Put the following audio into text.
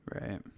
Right